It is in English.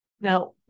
Now